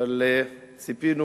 אבל ציפינו,